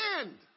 end